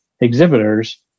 exhibitors